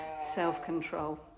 self-control